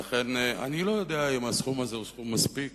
ולכן, אני לא יודע אם הסכום הזה הוא סכום מספיק.